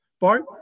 Bart